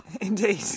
Indeed